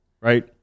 right